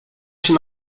się